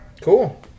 Cool